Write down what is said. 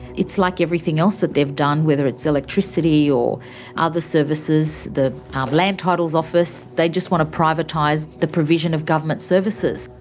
it's like everything else that they've done, whether it's electricity or ah other services, the um land titles office, they just want to privatise the provision of government services.